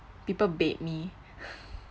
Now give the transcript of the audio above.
people babe me